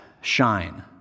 shine